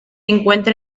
encuentra